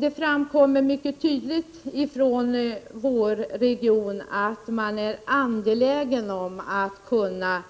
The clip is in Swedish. Det framkommer mycket tydligt från vår region att man är angelägen om att kunna